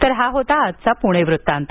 तर हा होता आजचा पुणे वृत्तांत